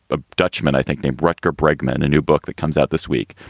a dutchman, i think, named rutger bregman, a new book that comes out this week.